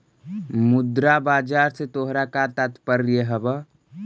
मुद्रा बाजार से तोहरा का तात्पर्य हवअ